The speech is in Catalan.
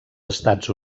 estats